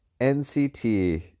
NCT